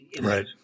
Right